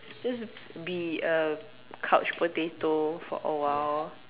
just be a couch potato for a while